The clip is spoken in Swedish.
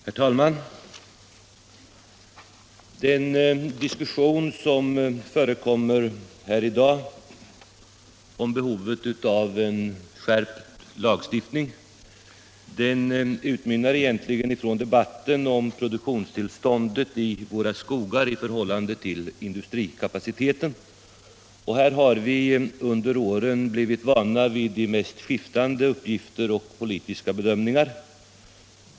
Herr talman! Den diskussion som förekommer här i dag om behovet av en skärpt lagstiftning bottnar egentligen i debatten om produktionstillståndet i våra skogar i förhållande till industrikapaciteten. Vi har under åren blivit vana vid de mest skiftande uppgifter och politiska bedömningar.